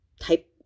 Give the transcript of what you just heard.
type